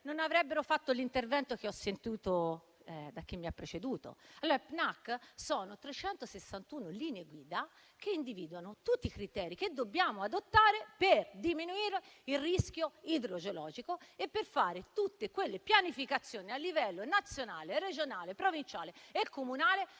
non avrebbero fatto l'intervento che ho sentito da chi mi ha preceduto. Il PNAC consiste in 361 linee guida che individuano tutti i criteri che dobbiamo adottare per diminuire il rischio idrogeologico e per fare tutte le pianificazioni a livello nazionale, regionale, provinciale e comunale